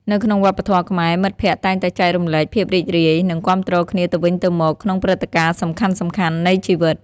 នៅក្នុងវប្បធម៌ខ្មែរ មិត្តភក្តិតែងតែចែករំលែកភាពរីករាយ និងគាំទ្រគ្នាទៅវិញទៅមកក្នុងព្រឹត្តិការណ៍សំខាន់ៗនៃជីវិត។